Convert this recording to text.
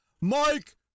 Mike